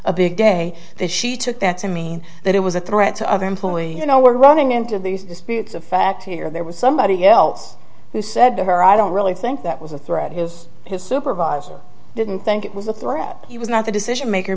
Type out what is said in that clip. a big day that she took that to mean that it was a threat to other employees you know we're running into these disputes of fact here there was somebody else who said to her i don't really think that was a threat is his supervisor didn't think it was a threat he was not the decision maker